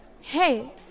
Hey